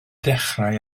dechrau